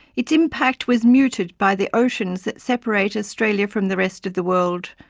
its impact was muted by the oceans that separate australia from the rest of the world.